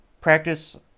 practice